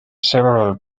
several